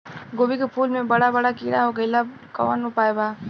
गोभी के फूल मे बड़ा बड़ा कीड़ा हो गइलबा कवन उपाय बा?